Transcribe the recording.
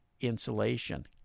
insulation